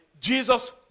Jesus